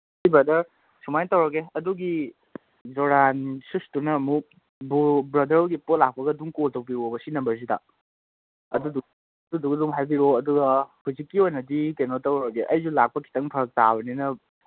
ꯑꯗꯨꯗꯤ ꯕ꯭ꯔꯗꯔ ꯁꯨꯃꯥꯏꯅ ꯇꯧꯔꯒꯦ ꯑꯗꯨꯒꯤ ꯖꯣꯔꯗꯥꯟ ꯁꯨꯁꯇꯨꯅ ꯑꯃꯨꯛ ꯕ꯭ꯔꯣ ꯕ꯭ꯔꯗꯔ ꯍꯣꯏꯒꯤ ꯄꯣꯠ ꯂꯥꯛꯄꯒ ꯑꯗꯨꯝ ꯀꯣꯜ ꯇꯧꯕꯤꯔꯛꯑꯣꯕ ꯁꯤ ꯅꯝꯕꯔꯁꯤꯗ ꯑꯗꯨꯗꯨꯒ ꯑꯗꯨꯝ ꯍꯥꯏꯕꯤꯔꯛꯑꯣ ꯑꯗꯨꯒ ꯍꯧꯖꯤꯛꯀꯤ ꯑꯣꯏꯅꯗꯤ ꯀꯩꯅꯣ ꯇꯧꯔꯒꯦ ꯑꯩꯁꯨ ꯂꯥꯛꯄ ꯈꯤꯇꯪ ꯐꯔꯛ ꯇꯥꯕꯅꯤꯅ